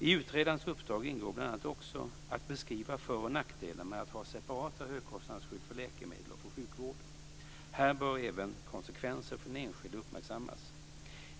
I utredarens uppdrag ingår bl.a. också att beskriva för och nackdelar med att ha separata högkostnadsskydd för läkemedel och för sjukvård. Här bör även konsekvenser för den enskilde uppmärksammas.